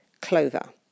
clover